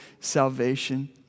salvation